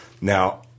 Now